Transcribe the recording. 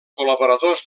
col·laboradors